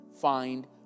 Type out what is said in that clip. Find